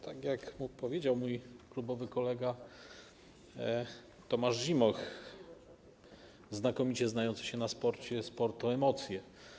Tak jak powiedział mój klubowy kolega Tomasz Zimoch znakomicie znający się na sporcie, sport to emocje.